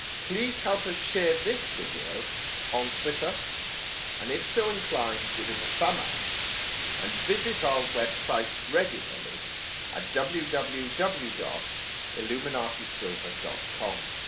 please help us share this video on twitter and if so inclined, give it a thumb up and visit our website regularly ah at www www dot illuminatisilver dot com